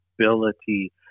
ability